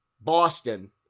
Boston